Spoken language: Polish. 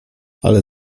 ale